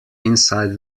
inside